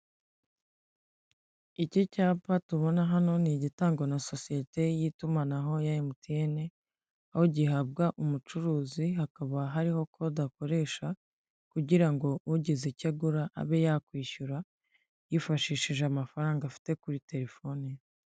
Iki cyapa tubona hano ni igitangwa na sosiyete y'itumanaho ya mtn aho gihabwa umucuruzi hakaba hariho kode akoresha kugira ngo ugize icyo agura abe yakwishyura yifashishije amafaranga afite kuri telefoni.